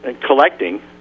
collecting